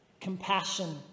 compassion